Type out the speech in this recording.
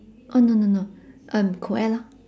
oh no no no um co ed lor